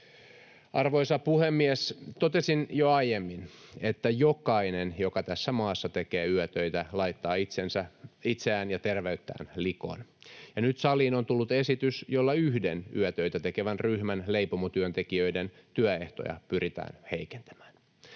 Arvoisa puhemies! Totesin jo aiemmin, että jokainen, joka tässä maassa tekee yötöitä, laittaa itseään ja terveyttään likoon, ja nyt saliin on tullut esitys, jolla yhden yötöitä tekevän ryhmän, leipomotyöntekijöiden, työehtoja pyritään heikentämään.